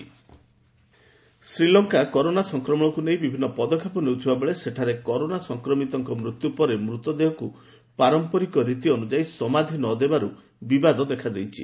corona Sri Lanka Sri Lanka corona ସଂକ୍ରମଣକୁ ନେଇ ବିଭିନ୍ନ ପଦକ୍ଷେପ ନେଉଥିବାବେଳେ ସେଠାରେ କରୋନା ସଂକ୍ରମିତଙ୍କ ମୃତ୍ୟୁ ପରେ ମୃତ ଦେହକୁ ପାରମ୍ପରିକ ରୀତି ଅନୁଯାୟୀ ସମାଧି ନ ଦେବାରୁ ବିବାଦ ଦେଖାଦେଇଛି